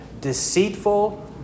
deceitful